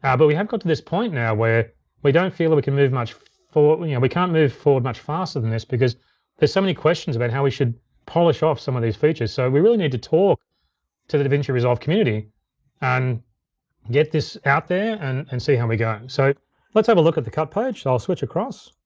ah but we have got to this point now where we don't feel that we can move much, we yeah we can't move forward much faster than this because there's so many questions about how we should polish off some of these features. so we really need to talk to the davinci resolve community and get this out there and and see how we go. so let's have a look at the cut page. so i'll switch across.